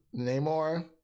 Namor